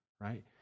right